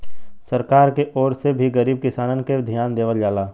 सरकार के ओर से भी गरीब किसानन के धियान देवल जाला